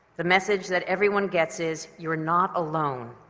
the message that everyone gets is, you're not alone,